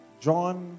John